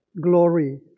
glory